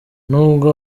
nubwo